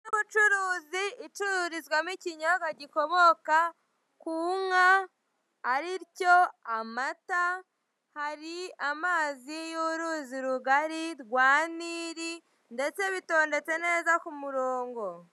Ubucuruzi icururizwamo ikinyobwa gikomoka ku inka ari cyo amata, hari amazi y'uruzi rugari rwa Nili ndetse bitondetse neza ku murongo.